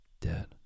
dead